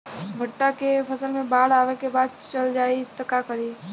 भुट्टा के फसल मे बाढ़ आवा के बाद चल जाई त का करी?